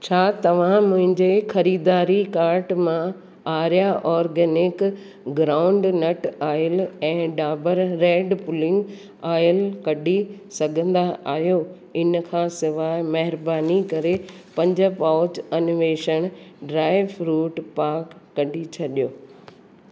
छा तव्हां मुंहिंजे ख़रीदारी कार्ट मां आर्या ऑर्गेनिक ग्राउंडनट ऑइल ऐं डाबर रेड पुलिंग ऑइल कढी सघंदा आहियो इन खां सवाइ महिरबानी करे पंज पाउच अन्वेषण ड्राई फ्रू़ट पाक कढी छॾियो